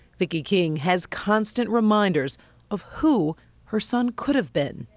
vicki king has constant reminder of who her son could have been.